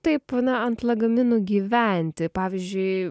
taip na ant lagaminų gyventi pavyzdžiui